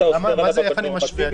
למה איך אני משווה?